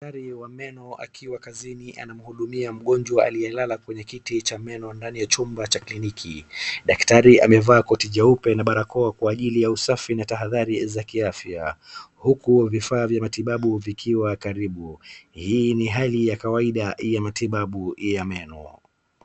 Daktari wa meno akiwa kazini anamhudumia mgonjwa aliyelala kwenye kiti cha meno ndani ya chumba cha kliniki. daktari amevaa koti jeupe na barakoa kwa ajili ya usafi na tahadhari za kiafya huku vifaa vya matibabu vikiwa karibu. Hii ni hali ya kawaida ya matibabu ya meno.